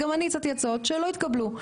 גם אני הצעתי הצעות שלא התקבלו.